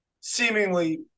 seemingly